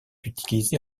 utilisé